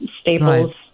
staples